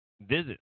visit